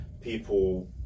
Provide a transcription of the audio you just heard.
people